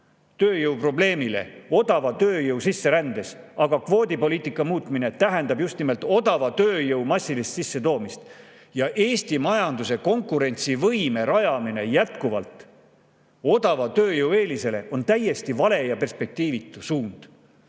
tööjõuprobleemile odava tööjõu sisserändes. Kvoodipoliitika muutmine tähendab just nimelt odava tööjõu massilist sissetoomist. Eesti majanduse konkurentsivõime rajamine jätkuvalt odava tööjõu eelisele on täiesti vale ja perspektiivitu suund.